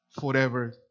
forever